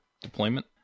deployment